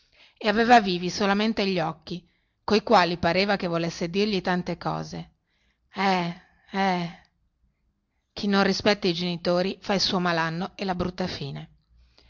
e aveva vivi solamente gli occhi coi quali pareva che volesse dirgli tante cose eh eh chi non rispetta i genitori fa il suo malanno e non fa buona fine